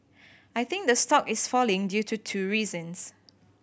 I think the stock is falling due to two reasons